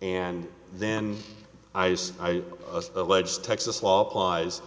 and then i guess i allege texas law applies